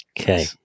Okay